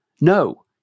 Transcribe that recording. No